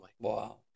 Wow